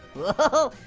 whoa,